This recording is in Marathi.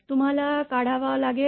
तुम्हाला काढावा लागेल